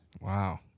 Wow